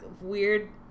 Weird